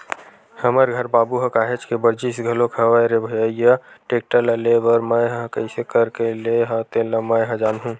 हमर घर बाबू ह काहेच के बरजिस घलोक हवय रे भइया टेक्टर ल लेय बर मैय ह कइसे करके लेय हव तेन ल मैय ह जानहूँ